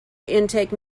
intake